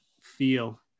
feel